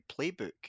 playbook